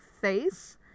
face